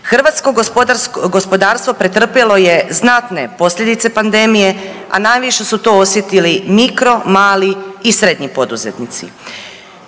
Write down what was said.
hrvatsko gospodarstvo pretrpjelo je znatne posljedice pandemije, a najviše su to osjetili mikro, mali i srednji poduzetnici.